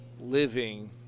living